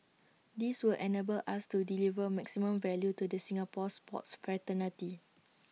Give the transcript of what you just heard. this will enable us to deliver maximum value to the Singapore sports fraternity